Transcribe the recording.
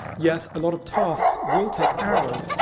yes, a lot of tasks will take hours,